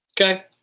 Okay